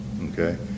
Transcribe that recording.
okay